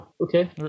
okay